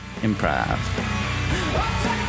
Improv